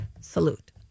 Salute